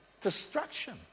destruction